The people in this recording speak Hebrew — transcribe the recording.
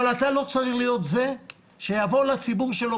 אבל אתה לא צריך להיות זה שיבוא לציבור שלו